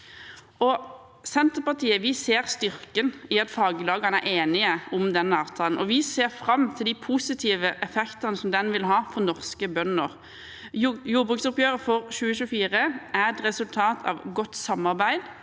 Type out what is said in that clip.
Senterpartiet ser vi styrken i at faglagene er enige om denne avtalen, og vi ser fram til de positive effektene som den vil ha for norske bønder. Jordbruksoppgjøret for 2024 er et resultat av godt samarbeid